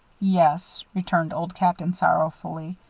yes, returned old captain, sorrowfully.